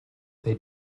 they